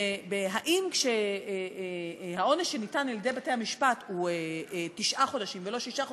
האם כשהעונש שניתן על-ידי בתי-המשפט הוא תשעה חודשים ולא שישה חודשים,